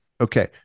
Okay